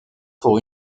pour